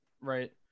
Right